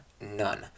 none